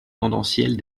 tendancielle